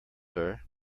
sir